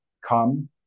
come